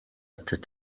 atat